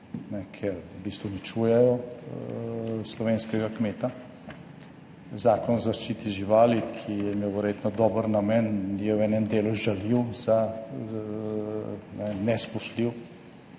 ker v bistvu uničujejo slovenskega kmeta. Zakon o zaščiti živali, ki je imel verjetno dober namen, je v enem delu žaljiv, nespoštljiv